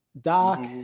Doc